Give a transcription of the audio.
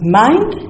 mind